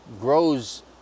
grows